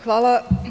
Hvala.